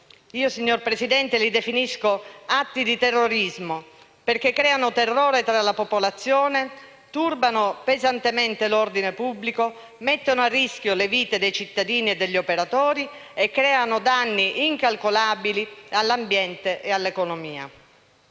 Signora Presidente, io li definisco atti di terrorismo, perché creano terrore tra la popolazione, turbano pesantemente l'ordine pubblico, mettono a rischio le vite dei cittadini e degli operatori e creano danni incalcolabili all'ambiente e all'economia.